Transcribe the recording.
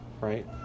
Right